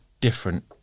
different